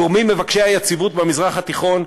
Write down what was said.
הגורמים מבקשי היציבות במזרח התיכון,